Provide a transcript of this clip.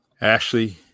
Ashley